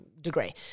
degree